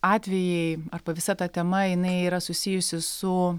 atvejai arba visa ta tema jinai yra susijusi su